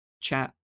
chat